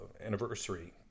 anniversary